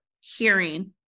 hearing